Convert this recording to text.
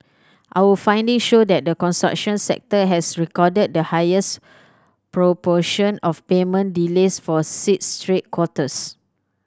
our finding show that the construction sector has recorded the highest proportion of payment delays for six straight quarters